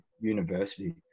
university